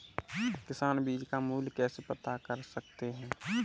किसान बीज का मूल्य कैसे पता कर सकते हैं?